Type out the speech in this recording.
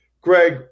Greg